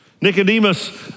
Nicodemus